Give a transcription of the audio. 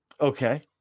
Okay